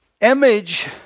image